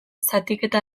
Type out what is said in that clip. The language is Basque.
zatiketa